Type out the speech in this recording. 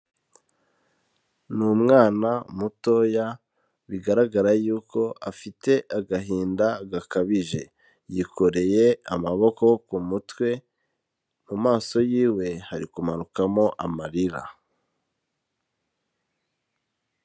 Ni umwana mutoya, bigaragara yuko afite agahinda gakabije, yikoreye amaboko ku mutwe, mu maso yiwe hari kumanukamo amarira.